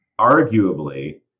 arguably